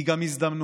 היא גם הזדמנות,